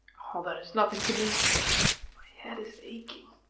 all that is nothing to me my head is aching.